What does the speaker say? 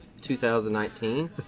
2019